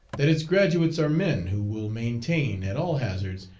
that its graduates are men who will maintain, at all hazards,